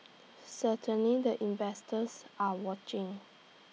certainly the investors are watching